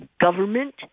government